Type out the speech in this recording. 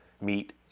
meet